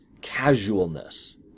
casualness